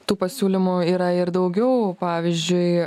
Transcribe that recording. tų pasiūlymų yra ir daugiau pavyzdžiui